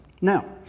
now